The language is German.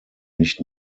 nicht